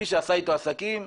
מי שעשה איתו עסקים,